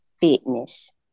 fitness